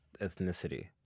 ethnicity